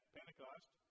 Pentecost